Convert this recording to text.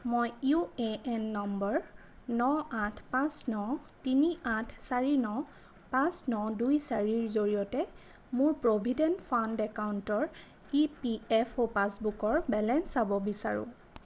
মই U A N number ন আঠ পাঁচ ন তিনি আঠ চাৰি ন পাঁচ ন দুই চাৰিৰ জৰিয়তে মোৰ প্ৰভিডেণ্ট ফাণ্ড একাউণ্টৰ ই পি এফ অ' পাছবুকৰ বেলেঞ্চ চাব বিচাৰোঁ